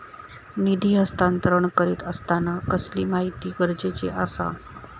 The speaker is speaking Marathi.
निधी हस्तांतरण करीत आसताना कसली माहिती गरजेची आसा?